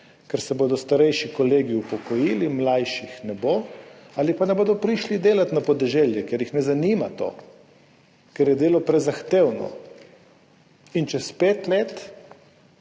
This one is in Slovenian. ker se bodo starejši kolegi upokojili, mlajših ne bo ali pa ne bodo prišli delat na podeželje, ker jih ne zanima to, ker je delo prezahtevno. In čez pet let